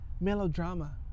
melodrama